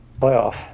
playoff